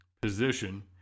position